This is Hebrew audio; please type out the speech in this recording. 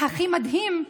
והכי מדהים,